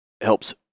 helps